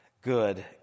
good